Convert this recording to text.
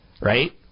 Right